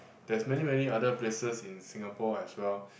there's many many other places in Singapore as well